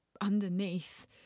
underneath